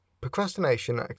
Procrastination